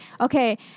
okay